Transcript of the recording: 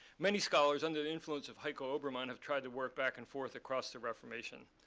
many scholars, under the influence of heiko oberman, have tried to work back and forth across the reformation,